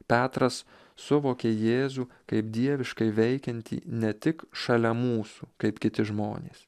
petras suvokė jėzų kaip dieviškai veikiantį ne tik šalia mūsų kaip kiti žmonės